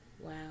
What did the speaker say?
Wow